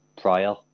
prior